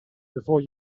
before